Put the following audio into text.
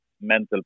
mental